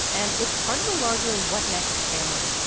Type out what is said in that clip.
and it's part of the larger what next family.